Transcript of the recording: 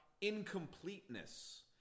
incompleteness